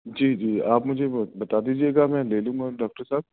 جی جی آپ مجھے بتا دیجئے گا میں لے لوں گا ڈاکٹر صاحب